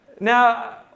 Now